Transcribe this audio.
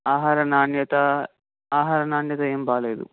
ఆహార నాణ్యత ఆహార నాణ్యత ఏం బాగోలేదు